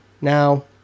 Now